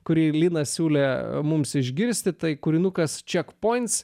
kurį linas siūlė mums išgirsti tai kūrinukas ček points